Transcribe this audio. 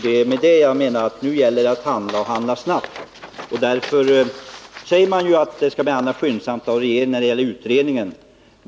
Därför menar jag att nu gäller det att handla och handla snabbt. Nu säger statsrådet att ärendet skall behandlas skyndsamt av regeringen när det gäller utredningen.